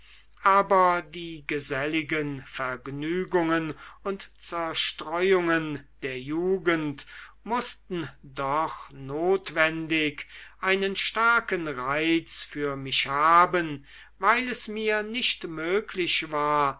aber die geselligen vergnügungen und zerstreuungen der jugend mußten doch notwendig einen starken reiz für mich haben weil es mir nicht möglich war